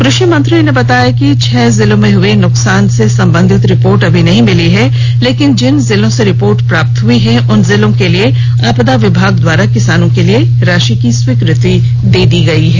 कृषि मंत्री ने बताया कि छह जिलों में हुई नुकसान से संबंधित रिपोर्ट अभी नहीं भिली लेकिन जिन जिलों से रिपोर्ट प्राप्त हो गयी है उन जिलों के लिए ॅआपदा विभाग द्वारा किसानों के लिए राशि की स्वीकृति दे दी गयी है